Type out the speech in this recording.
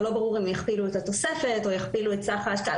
אבל לא ברור אם יכפילו את התוספת או יכפילו את סך ההשקעה.